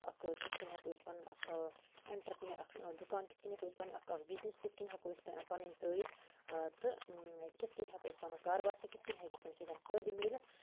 اَکھ کِتھٕ کَٔنۍ ہیٚکو أسۍ پَنُن اَکھ آ انٹَرپینر اَکھ چھُ دُکان کِتھٕ کٔنۍ ہیٚکو بَِزنٮ۪س کِتھٕ کٔنۍ ہیٚکو أسۍ پنٕنۍ ترٛٲوِتھ تہٕ کِتھٕ کٔنۍ ہیکو أسۍ پَنُن کاروبارس کِتھٕ کٔنۍ ہیکہِ اَمہِ سٍتٮ۪ن فٲیدٕ میٖلِتھ